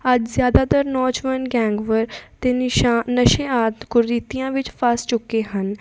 ਅੱਜ ਜ਼ਿਆਦਾਤਰ ਨੌਜਵਾਨ ਗੈਂਗਵਾਰ ਅਤੇ ਨਿਸ਼ਾ ਨਸ਼ੇ ਆਦਿ ਕੁਰੀਤੀਆਂ ਵਿੱਚ ਫਸ ਚੁੱਕੇ ਹਨ